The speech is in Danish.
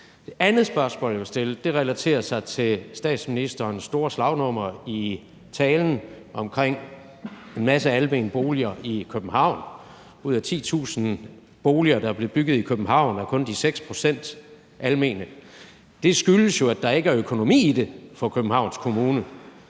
Det andet spørgsmål, jeg vil stille, relaterer sig til statsministerens store slagnummer i talen om en masse almene boliger i København. Ud af 10.000 boliger, der er blevet bygget i København, er kun de 6 pct. almene. Det skyldes jo, at der ikke er økonomi i det for Københavns Kommune.